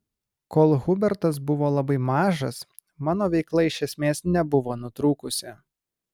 kol hubertas buvo labai mažas mano veikla iš esmės nebuvo nutrūkusi